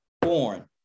born